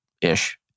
ish